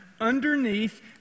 underneath